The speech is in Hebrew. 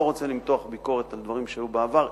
אני לא רוצה למתוח ביקורת על דברים שהיו בעבר,